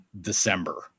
December